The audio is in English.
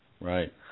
Right